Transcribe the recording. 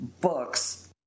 books